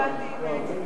אני הצבעתי נגד.